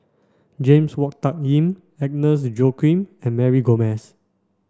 James Wong Tuck Yim Agnes Joaquim and Mary Gomes